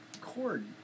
cord